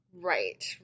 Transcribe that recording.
Right